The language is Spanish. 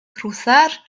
cruzar